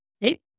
Hey